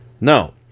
No